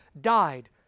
died